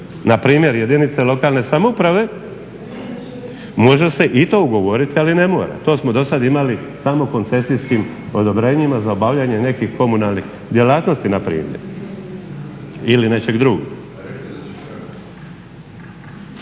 npr. jedinice lokalne samouprave. Može se i to ugovoriti ali i ne mora. To smo do sada imali samo koncesijskim odobrenjima za obavljanje nekih komunalnih djelatnosti na primjer ili nečeg drugog.